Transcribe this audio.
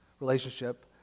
relationship